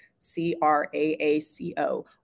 C-R-A-A-C-O